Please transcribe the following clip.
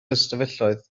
ystafelloedd